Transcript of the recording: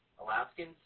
Alaskans